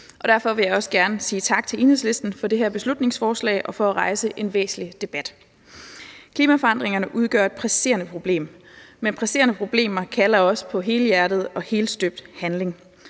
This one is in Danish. Derfor vil jeg også gerne sige tak til Enhedslisten for det her beslutningsforslag og for at rejse en væsentlig debat. Klimaforandringerne udgør et presserende problem, men presserende problemer kalder også på helhjertet og helstøbt handling,